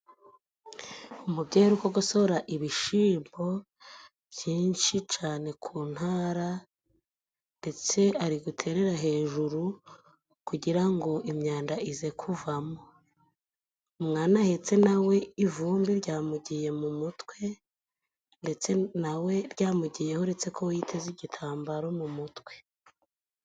Umubyeyi uri kugosora ibishimbo byinshi cane ku ntara, ndetse ariguterera hejuru kugira ngo imyanda ize kuvamo, umwana ahetse nawe ivumbi ryamugiye mu mutwe ndetse na we ryamugiyeho uretse ko we yiteze igitambaro mu mutwe.